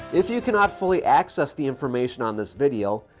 if you cannot fully access the information on this video,